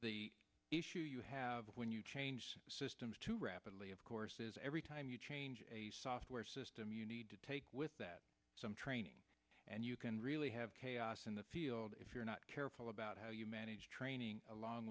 the issue you have when you change systems to rapidly of course is every time you change a software system you need to take with that some training and you can really have chaos in the field if you're not careful about how you manage training along